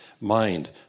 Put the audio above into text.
Mind